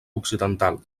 occidental